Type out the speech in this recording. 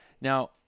Now